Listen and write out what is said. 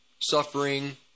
suffering